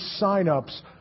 signups